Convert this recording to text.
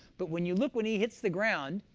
but when you look when he hits the ground,